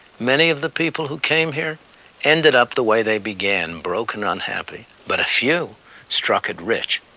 many of the people who came here ended up the way they began. broke and unhappy. but a few struck it rich.